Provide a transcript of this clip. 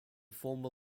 former